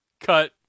Cut